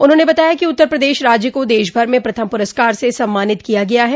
उन्होंने बताया कि उत्तर प्रदेश राज्य का देश भर में प्रथम पुरस्कार से सम्मानित किया गया है